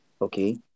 okay